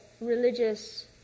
religious